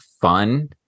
fun